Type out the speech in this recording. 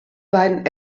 beiden